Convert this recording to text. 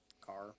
car